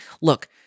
look